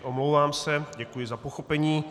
Omlouvám se, děkuji za pochopení.